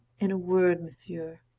in a word, sir,